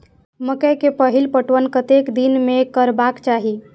मकेय के पहिल पटवन कतेक दिन में करबाक चाही?